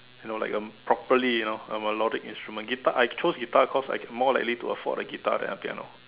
no like a properly you know I'm a logic instrument guitar I chose guitar because I'm can more likely to afford a guitar than a piano